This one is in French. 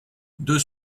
deux